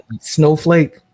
Snowflake